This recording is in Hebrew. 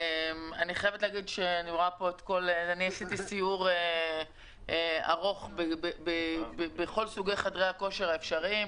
אני חייבת להגיד שעשיתי סיור ארוך בכל סוגי חדרי הכושר האפשריים,